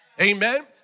Amen